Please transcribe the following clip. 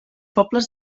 pobles